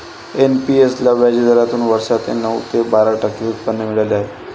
NPS ला व्याजदरातून वार्षिक नऊ ते बारा टक्के उत्पन्न मिळाले आहे